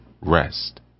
rest